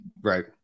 Right